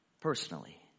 personally